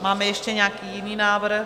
Máme ještě nějaký jiný návrh?